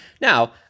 Now